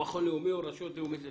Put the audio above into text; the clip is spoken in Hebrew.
מכון לאומי או רשות לאומית לספורט.